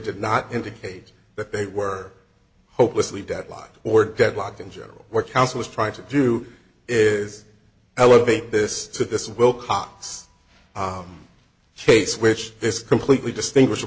did not indicate that they were hopelessly deadlocked or deadlocked in general what counsel is trying to do is elevate this to this wilcox case which this completely distinguish